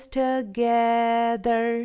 together